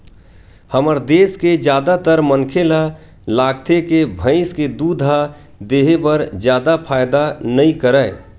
हमर देस के जादातर मनखे ल लागथे के भइस के दूद ह देहे बर जादा फायदा नइ करय